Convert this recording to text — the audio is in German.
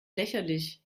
lächerlich